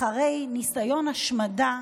אחרי ניסיון השמדה,